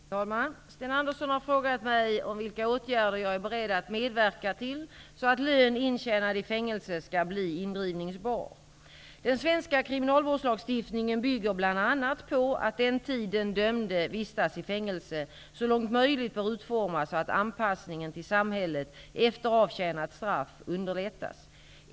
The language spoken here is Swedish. Fru talman! Sten Andersson i Malmö har frågat mig om vilka åtgärder jag är beredd att medverka till så att lön intjänad i fängelse skall bli indrivningsbar. Den svenska kriminalvårdslagstiftningen bygger bl.a. på att den tid den dömde vistas i fängelse så långt möjligt bör utformas så att anpassningen till samhället efter avtjänat straff underlättas.